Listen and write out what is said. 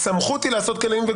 הסמכות היא גם לעשות לגוף.